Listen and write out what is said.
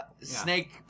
Snake